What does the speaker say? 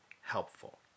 helpful